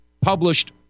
published